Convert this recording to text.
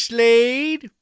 Slade